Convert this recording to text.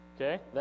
okay